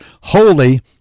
holy